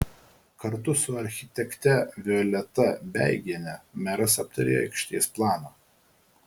kartu su architekte violeta beigiene meras aptarė aikštės planą